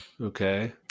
Okay